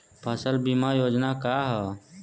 फसल बीमा योजना का ह?